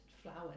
Flowers